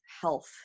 health